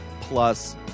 Plus